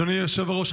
אדוני היושב-ראש,